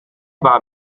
war